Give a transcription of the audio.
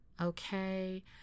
okay